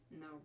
No